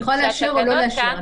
היא יכולה לאשר או לא לאשר.